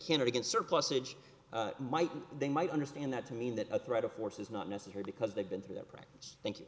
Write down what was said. kennedy can surplusage might they might understand that to mean that a threat of force is not necessary because they've been through their practice thank